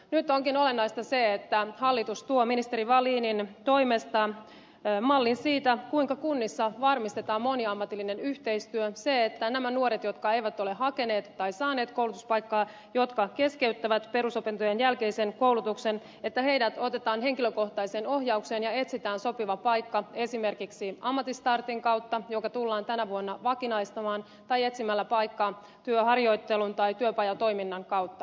nyt onkin olennaista se että hallitus tuo ministeri wallinin toimesta mallin siitä kuinka kunnissa varmistetaan moniammatillinen yhteistyö se että nämä nuoret jotka eivät ole hakeneet tai saaneet koulutuspaikkaa tai jotka keskeyttävät perusopintojen jälkeisen koulutuksen otetaan henkilökohtaiseen ohjaukseen ja heille etsitään sopiva paikka esimerkiksi ammattistartin kautta joka tullaan tänä vuonna vakinaistamaan tai etsitään paikka esimerkiksi työharjoittelun tai työpajatoiminnan kautta